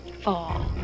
fall